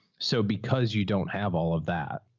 so because you don't have all of that.